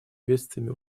бедствиями